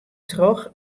troch